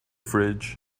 fridge